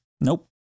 Nope